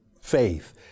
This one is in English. faith